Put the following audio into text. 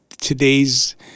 today's